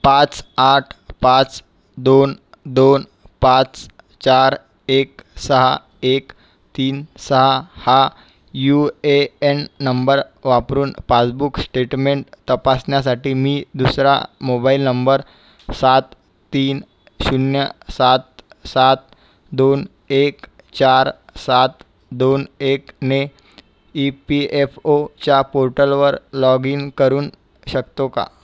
पाच आठ पाच दोन दोन पाच चार एक सहा एक तीन सहा हा यू ए एन नंबर वापरून पासबुक स्टेटमेंट तपासण्यासाठी मी दुसरा मोबाईल नंबर सात तीन शून्य सात सात दोन एक चार सात दोन एकने ई पी एफ ओच्या पोर्टलवर लॉग इन करू शकतो का